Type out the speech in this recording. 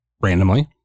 randomly